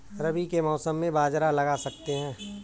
रवि के मौसम में बाजरा लगा सकते हैं?